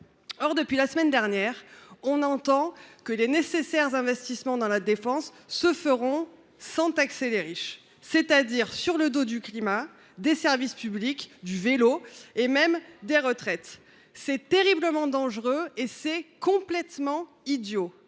Or, depuis la semaine dernière, on entend que les nécessaires investissements dans la défense se feront sans taxer les riches, c’est à dire sur le dos du climat, des services publics, du vélo et même des retraites. C’est terriblement dangereux et complètement idiot